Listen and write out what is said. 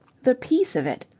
the peace of it!